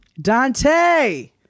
dante